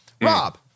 Rob